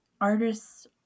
artists